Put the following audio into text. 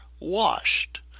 washed